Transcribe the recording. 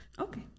Okay